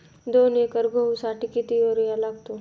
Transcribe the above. दोन एकर गहूसाठी किती युरिया लागतो?